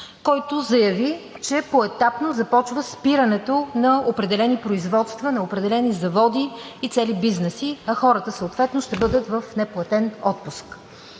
който заяви, че поетапно започва спирането на определени производства, на определени заводи и цели бизнеси, а хората съответно ще бъдат в неплатен отпуск.